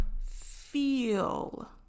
feel